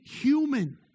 human